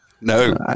No